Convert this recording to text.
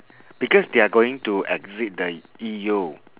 because they're going to exit the E_U